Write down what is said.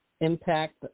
impact